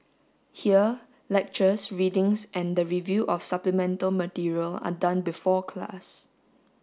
here lectures readings and the review of supplemental material are done before class